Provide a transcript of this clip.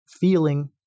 feeling